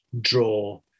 draw